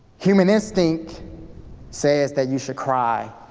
human instinct says that you should cry,